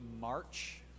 March